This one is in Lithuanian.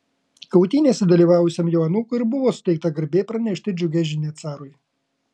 kautynėse dalyvavusiam jo anūkui ir buvo suteikta garbė pranešti džiugią žinią carui